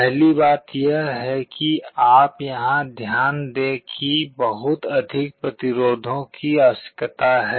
पहली बात यह है कि आप यहाँ ध्यान दें कि बहुत अधिक प्रतिरोधों की आवश्यकता है